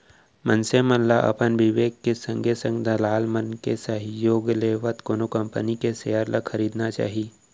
मनसे मन ल अपन बिबेक के संगे संग दलाल मन के सहयोग लेवत कोनो कंपनी के सेयर ल खरीदना चाही